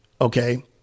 okay